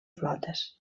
flotes